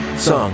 Song